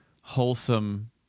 wholesome